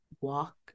walk